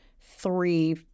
three